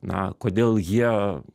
na kodėl jie